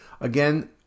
Again